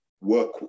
work